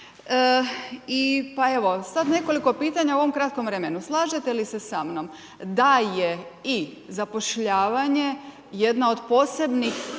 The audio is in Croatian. i pa evo, sada nekoliko pitanja u ovom kratkom vremenu. Slažete li se samnom da je i zapošljavanje jedna od posebnih